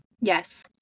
Yes